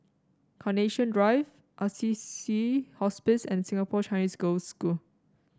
Carnation Drive Assisi Hospice and Singapore Chinese Girls' School